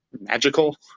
magical